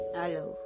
hello